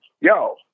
yo